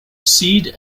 seed